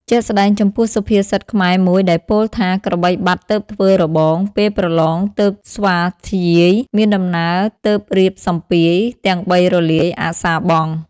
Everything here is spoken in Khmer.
ជាក់ស្ដែងចំពោះសុភាសិតខ្មែរមួយដែលពោលថាក្របីបាត់ទើបធ្វើរបង ពេលប្រឡងទើបស្វាធ្យាយ មានដំណើរទើបរៀបសម្ពាយ ទាំងបីរលាយអសារបង់។